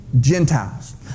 Gentiles